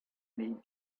need